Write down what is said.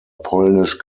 polnisch